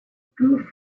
prove